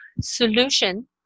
solution